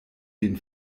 den